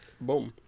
boom